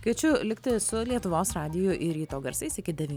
kviečiu likti su lietuvos radiju ir ryto garsais iki devynių